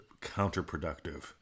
counterproductive